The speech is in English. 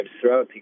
throughout